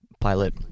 pilot